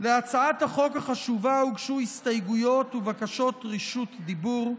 להצעת החוק החשובה הוגשו הסתייגויות ובקשות רשות דיבור.